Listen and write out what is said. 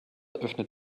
öffnet